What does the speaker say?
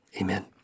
Amen